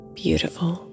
beautiful